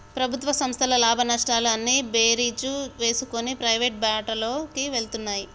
ప్రభుత్వ సంస్థల లాభనష్టాలు అన్నీ బేరీజు వేసుకొని ప్రైవేటు బాటలోకి వెళ్తున్నాయి